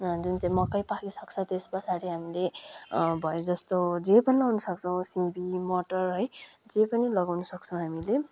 मकै पाकिसक्छ त्यस पछाडि हामीले भए जस्तो जे पनि लाउन सक्छौँ सिमी मटर है जे पनि लगाउन सक्छौँ हामीले